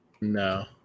No